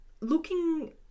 looking